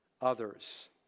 others